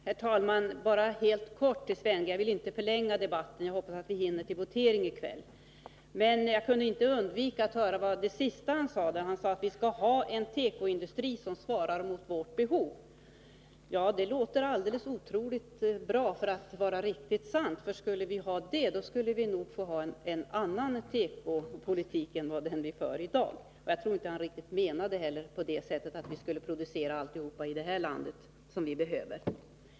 Herr talman! Bara en kort replik till Sven Andersson; jag vill inte förlänga debatten, eftersom jag hoppas att vi hinner till votering i kväll. Jag kunde inte undvika att höra det sista Sven Andersson sade: Vi skall ha en tekoindustri som svarar mot vårt behov. Det låter alldeles för otroligt bra för att vara riktigt sant, för skulle vi ha det, då skulle vi nog ha en annan tekopolitik än den vi för i dag. Jag tror inte heller att Sven Andersson riktigt menade att vi skulle producera allt som vi behöver här i landet.